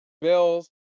Bills